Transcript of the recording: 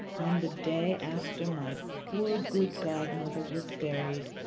on the day after my poor good godmother was buried,